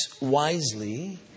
wisely